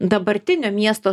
dabartinio miesto